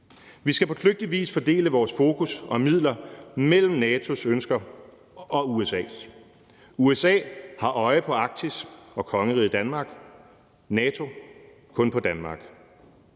Vi skal på kløgtig vis fordele vores fokus og midler mellem NATO's ønsker og USA's. USA har øje på Arktis og kongeriget Danmark, NATO kun på Danmark.